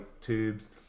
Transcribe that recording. tubes